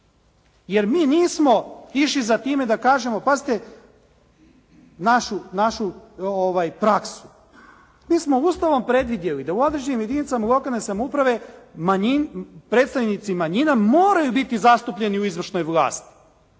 Jer mi nismo išli za time da kažemo pazite našu praksu. Mi smo Ustavom predvidjeli da u određenim jedinicama lokalne samouprave predstavnici manjina moraju biti zastupljeni u izvršnoj vlasti.